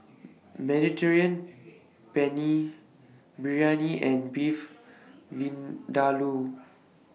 Mediterranean Penne Biryani and Beef Vindaloo